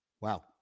Wow